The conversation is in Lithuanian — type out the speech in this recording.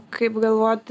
kaip galvojat